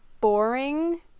boring